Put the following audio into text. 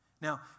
Now